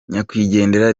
nyakwigendera